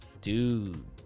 Dude